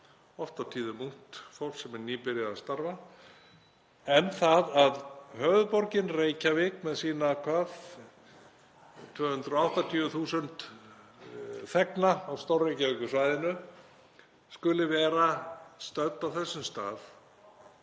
oft og tíðum ungt fólk sem er nýbyrjað að starfa. En það að höfuðborgin Reykjavík með sína, hvað 280.000 þegna, á Stór-Reykjavíkursvæðinu, skuli vera stödd á þessum stað